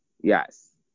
Yes